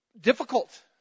difficult